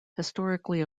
historically